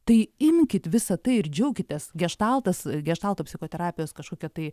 tai imkit visą tai ir džiaukitės geštaltas geštalto psichoterapijos kažkokia tai